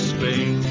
Spain